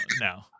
no